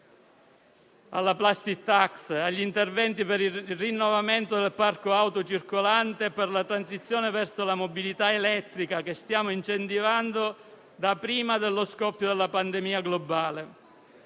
alla *plastic tax* e agli interventi per il rinnovamento del parco auto circolante per la transizione verso la mobilità elettrica, che stiamo incentivando da prima dello scoppio della pandemia globale.